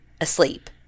asleep